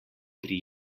pri